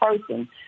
person